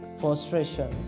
frustration